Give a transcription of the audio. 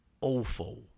awful